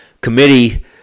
committee